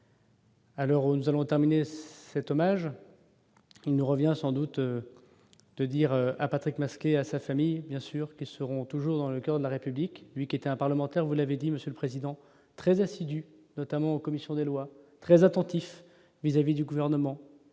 où nous allons terminer cet hommage, il nous revient sans doute de dire à Patrick masqué à sa famille, bien sûr, qu'seront toujours dans le coeur de la République, lui qui était un parlementaire, vous l'avez dit, Monsieur le Président, très assidus, notamment en commission des lois très attentif vis-à-vis du gouvernement,